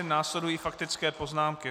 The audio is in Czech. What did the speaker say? Následují faktické poznámky.